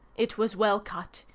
it was well cut.